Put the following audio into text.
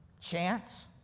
chance